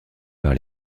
par